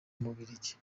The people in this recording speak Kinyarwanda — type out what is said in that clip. bubiligi